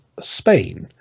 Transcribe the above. Spain